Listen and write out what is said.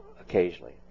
occasionally